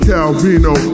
Calvino